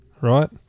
right